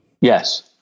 Yes